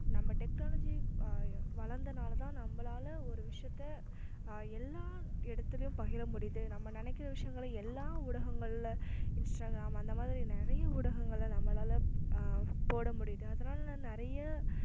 நம்ம டெக்னாலஜி வளர்ந்தனால தான் நம்மளால ஒரு விஷயத்த எல்லா இடத்திலும் பகிர முடியுது நம்ம நினைக்கிற விஷயங்கள எல்லா ஊடகங்களில் இன்ஸ்டாகிராம் அந்த மாதிரி நிறைய ஊடகங்களில் நம்மளாலே போட முடியுது அதனால் நிறைய